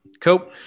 Cool